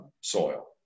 soil